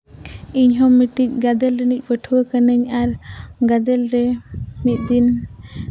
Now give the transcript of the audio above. ᱤᱧᱦᱚᱸ ᱢᱤᱫᱴᱤᱡ ᱜᱟᱫᱮᱞ ᱨᱤᱱᱤᱡ ᱯᱟᱹᱴᱷᱩᱣᱟᱹ ᱠᱟᱹᱱᱟᱹᱧ ᱟᱨ ᱜᱟᱫᱮᱞ ᱨᱮ ᱢᱤᱫ ᱫᱤᱱ